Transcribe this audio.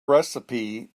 recipe